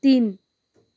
तिन